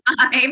time